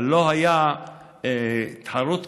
אבל לא הייתה התחרות הזו,